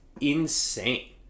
insane